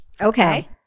okay